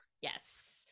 yes